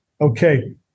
okay